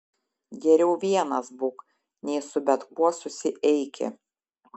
geriau vienas būk nei su bet kuo susieiki